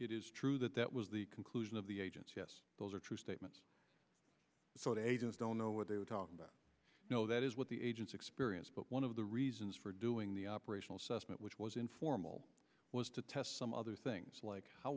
it is true that that was the conclusion of the agency those are true statements so they just don't know what they were talking about no that is what the agents experience but one of the reasons for doing the operational cessna which was informal was to test some other things like how